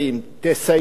תסיימו,